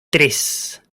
tres